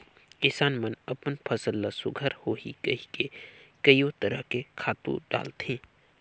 किसान मन अपन फसल ल सुग्घर होही कहिके कयो तरह के खातू डालथे